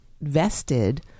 vested